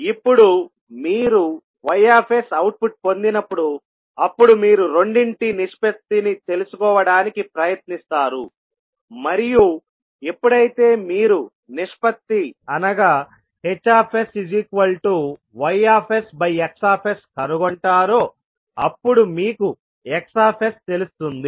ఇప్పుడు మీరు Ys output పొందినప్పుడు అప్పుడు మీరు రెండింటి నిష్పత్తిని తెలుసుకోవడానికి ప్రయత్నిస్తారు మరియు ఎప్పుడైతే మీరు నిష్పత్తి అనగా HsYXకనుగొంటారో అప్పుడు మీకు Xsతెలుస్తుంది